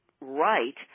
right